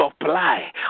supply